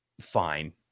fine